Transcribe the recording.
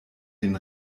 den